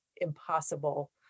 impossible